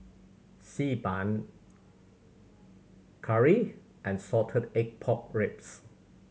Xi Ban curry and salted egg pork ribs